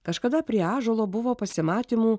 kažkada prie ąžuolo buvo pasimatymų